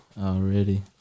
Already